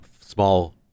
small